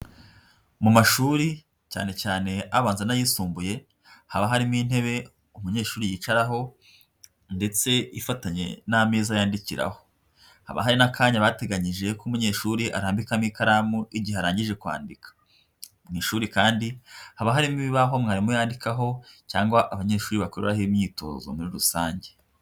Mu mashuri cyane cyane abanza n'ayisumbuye, haba harimo intebe umunyeshuri yicaraho ndetse ifatanye n'ameza yandikiraho, haba hari n'akanya bateganyije ko umunyeshuri arambikamo ikaramu igihe arangije kwandika, mu ishuri kandi haba harimo ibibaho mwarimu yandikaho cyangwa abanyeshuri bakoreraho imyitozo muri rusange.